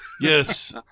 Yes